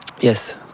yes